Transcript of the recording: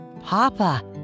Papa